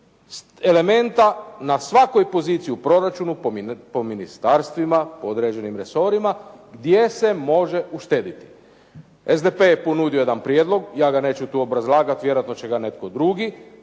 elementa na svakoj poziciji u proračunu po ministarstvima, po određenim resorima gdje se može uštediti. SDP je ponudio jedan prijedlog, ja ga neću tu obrazlagati, vjerojatno će ga netko drugi,